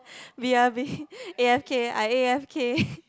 b_r_b a_f_k I a_f_k